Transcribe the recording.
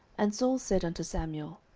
and saul said unto samuel,